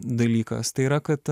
dalykas tai yra kad